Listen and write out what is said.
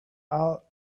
out